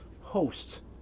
host